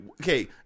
okay